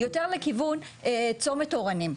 יותר לכיוון צומת אורנים.